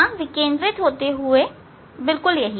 हां इस विकेंद्रित से होते हुए बिल्कुल यही